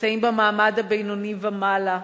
במעמד הבינוני ומעלה,